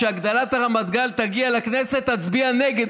"כשהגדלת הרמטכ"ל תגיע לכנסת אצביע נגד".